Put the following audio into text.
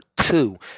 two